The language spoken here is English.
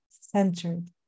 centered